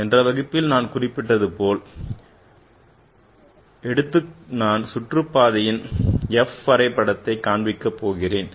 சென்ற வகுப்பில் நான் குறிப்பிட்டது போல் எடுத்து நான் f சுற்றுப்பாதையின் வரைபடத்தை காண்பிக்கிறேன்